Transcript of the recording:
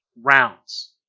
rounds